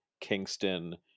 Kingston